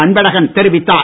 அன்பழகன் தெரிவித்தார்